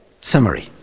Summary